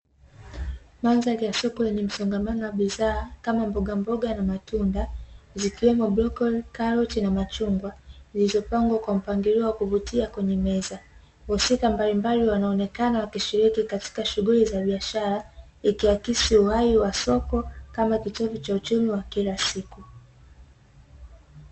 Mandhari ya soko lenye msongamano wa bidhaa kama mbogamboga na matunda, zikiwemo: brokoli, karoti na machungwa; zilizopangwa kwa mpangilio wa kuvutia kwenye meza. Wahusika mbalimbali wanaonekana wakishiriki katika shughuli za biashara, ikiakisi uhai wa soko kama kitovu cha uchumi wa kila siku.